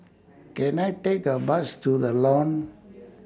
Can I Take A Bus to The Lawn